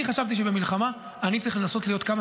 אני חשבתי שבמלחמה אני צריך לנסות להיות כמה